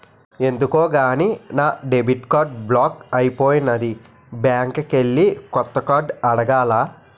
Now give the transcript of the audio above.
ఎందుకో గాని నా డెబిట్ కార్డు బ్లాక్ అయిపోనాది బ్యాంకికెల్లి కొత్త కార్డు అడగాల